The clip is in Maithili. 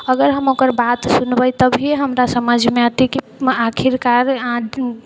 अगर हम ओकर बात सुनबै तभीए हमरा समझमे एतै कि आखिरकार